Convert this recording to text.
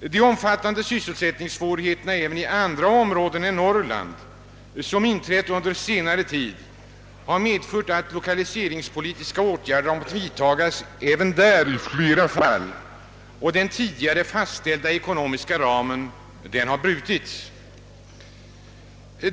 De omfattande sysselsättninggssvårigheterna även i andra områden än Norrland som inträtt under senare tid har medfört att lokaliseringspolitiska åtgärder har måst vidtagas även där i flera fall, och den tidigare fastställda ekonomiska ramen har brutits.